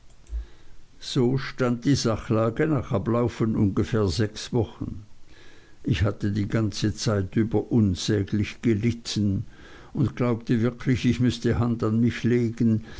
so stand die sachlage nach ablauf von ungefähr sechs wochen ich hatte die ganze zeit über unsäglich gelitten und glaubte wirklich ich müßte hand an mich legen